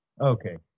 Okay